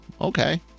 okay